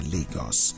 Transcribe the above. Lagos